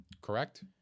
Correct